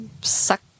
Suck